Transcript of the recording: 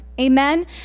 amen